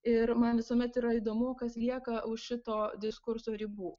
ir man visuomet yra įdomu kas lieka už šito diskurso ribų